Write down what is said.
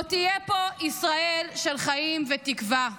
עוד תהיה פה ישראל של חיים ותקווה.